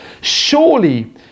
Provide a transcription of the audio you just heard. Surely